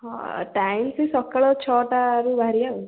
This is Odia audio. ହଁ ଟାଇମ୍ ସେଇ ସକାଳ ଛଅଟାରୁ ବାହାରିବା ଆଉ